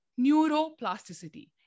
neuroplasticity